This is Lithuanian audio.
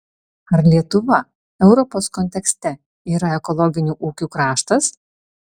ar lietuva europos kontekste yra ekologinių ūkių kraštas